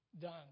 done